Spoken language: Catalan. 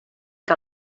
que